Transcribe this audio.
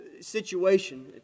situation